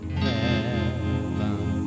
heaven